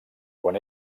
quan